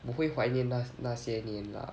我会怀念那那些年 lah